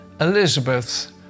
Elizabeth